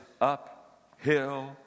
uphill